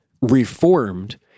reformed